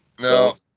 no